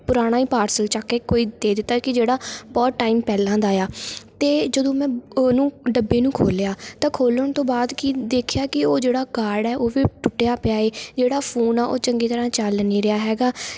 ਪੁਰਾਣਾ ਹੀ ਪਾਰਸਲ ਚੱਕ ਕੇ ਕੋਈ ਦੇ ਦਿੱਤਾ ਕਿ ਜਿਹੜਾ ਬਹੁਤ ਟਾਈਮ ਪਹਿਲਾਂ ਦਾ ਆ ਅਤੇ ਜਦੋਂ ਮੈਂ ਉਹਨੂੰ ਡੱਬੇ ਨੂੰ ਖੋਲ੍ਹਿਆ ਤਾਂ ਖੋਲ੍ਹਣ ਤੋਂ ਬਾਅਦ ਕੀ ਦੇਖਿਆ ਕਿ ਉਹ ਜਿਹੜਾ ਕਾਰਡ ਹੈ ਉਹ ਵੀ ਟੁੱਟਿਆ ਪਿਆ ਏ ਜਿਹੜਾ ਫ਼ੋਨ ਆ ਉਹ ਚੰਗੀ ਤਰ੍ਹਾਂ ਚੱਲ ਨਹੀਂ ਰਿਹਾ ਹੈਗਾ